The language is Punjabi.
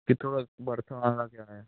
ਕਿੱਥੋਂ ਦਾ ਬਰਥ ਆ ਆਹ ਲੱਭ ਜਾਣਾ